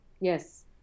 yes